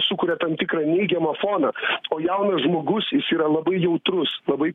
sukuria tam tikrą neigiamą foną o jaunas žmogus jis yra labai jautrus labai